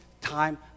time